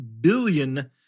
billion